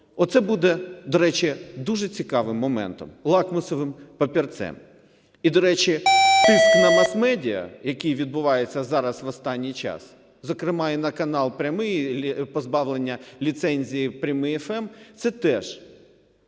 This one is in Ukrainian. Оце буде, до речі, дуже цікавим моментом, лакмусовим папірцем. І, до речі, тиск на мас-медіа, який відбувається зараз в останній час, зокрема і на канал "Прямий", позбавлення ліцензії "Прямий FM" – це теж